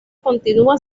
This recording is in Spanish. continúa